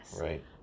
Right